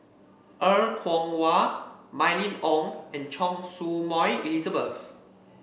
Er Kwong Wah Mylene Ong and Choy Su Moi Elizabeth